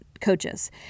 coaches